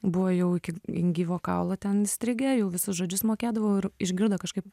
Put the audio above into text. buvo jau iki gyvo kaulo ten įstrigę jau visus žodžius mokėdavau ir išgirdo kažkaip